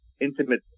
intimate